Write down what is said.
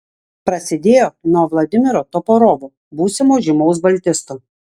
prasidėjo nuo vladimiro toporovo būsimo žymaus baltisto